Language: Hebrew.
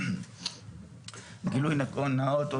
גילוי נאות,